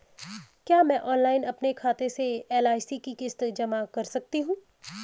क्या मैं ऑनलाइन अपने खाते से अपनी एल.आई.सी की किश्त जमा कर सकती हूँ?